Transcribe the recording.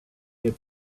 had